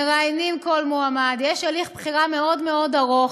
מראיינים כל מועמד, יש הליך בחירה מאוד מאוד ארוך.